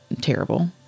terrible